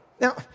Now